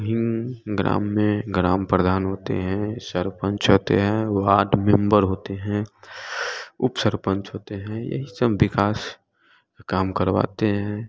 भी ग्राम में ग्राम प्रधान होते हैं सरपंच होते हैं वार्ड मेंबर होते हैं उप सरपंच होते हैं ये सब विकास काम करवाते हैं